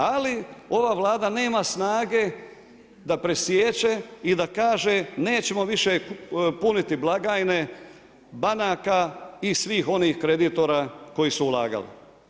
Ali ova Vlada nema snage da presiječe i da kaže nećemo više puniti blagajne banaka i svih onih kreditora koji su ulagali.